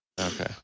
Okay